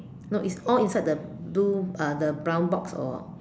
no it's all inside the blue uh the brown box or